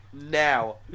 Now